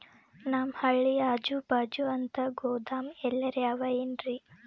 ನಮ್ ಹಳ್ಳಿ ಅಜುಬಾಜು ಅಂತ ಗೋದಾಮ ಎಲ್ಲರೆ ಅವೇನ್ರಿ?